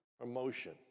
promotion